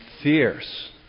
fierce